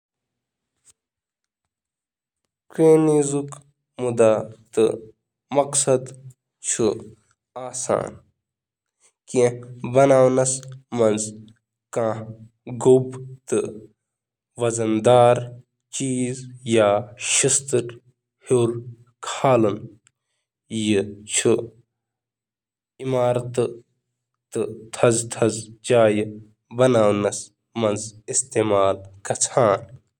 کرینُک مقصد چُھ حَوی چیٖز تُلنس منٛز مدد کرُن تہٕ عمارتہٕ بناونہٕ خٲطرٕ تہِ استعمال کرنہٕ یِوان۔